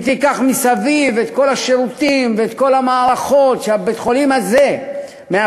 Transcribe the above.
אם תיקח מסביב את כל השירותים ואת כל המערכות שבית-החולים הזה מאפשר,